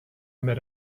met